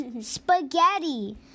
Spaghetti